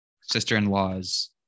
sister-in-law's